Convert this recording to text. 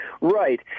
Right